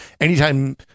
anytime